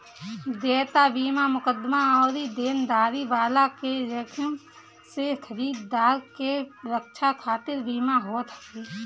देयता बीमा मुकदमा अउरी देनदारी वाला के जोखिम से खरीदार के रक्षा खातिर बीमा होत हवे